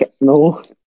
No